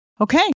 okay